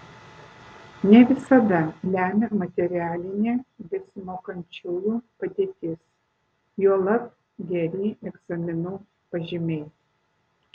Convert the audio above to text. ne visada lemia materialinė besimokančiųjų padėtis juolab geri egzaminų pažymiai